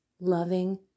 loving